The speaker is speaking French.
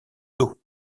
d’eau